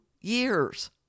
years